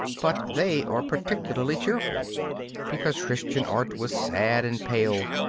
but they are particularly cheerful because christian art was sad and pale,